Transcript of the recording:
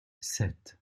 sept